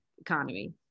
economy